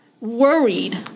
worried